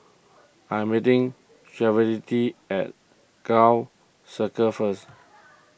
I am meeting at Gul Circle first